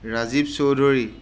Rajiv Choudhury